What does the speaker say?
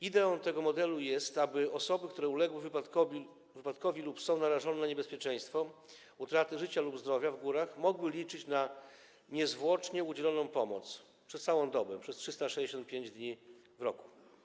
Ideą tego modelu jest to, aby osoby, które uległy wypadkowi lub są narażone na niebezpieczeństwo utraty życia lub zdrowia w górach, mogły liczyć na niezwłocznie udzieloną pomoc przez całą dobę, przez 365 dni w roku.